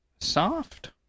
soft